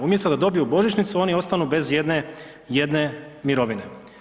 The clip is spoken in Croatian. Umjesto da dobiju božićnicu, oni ostanu bez jedne mirovine.